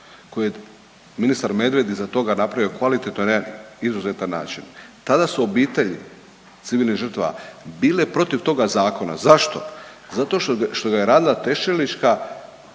koje je ministar Medved iza toga napravio kvalitetno i na jedan izuzetan način. Tada su obitelji civilnih žrtava bile protiv toga Zakona. Zašto? Zato što ga je radila Teršelićka,